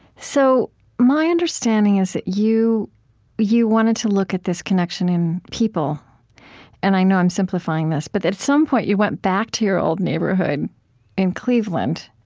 so my understanding is that you you wanted to look at this connection in people and i know i'm simplifying this, but that at some point you went back to your old neighborhood in cleveland,